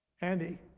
Andy